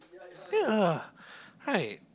yeah right